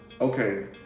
Okay